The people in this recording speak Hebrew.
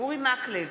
אורי מקלב,